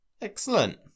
Excellent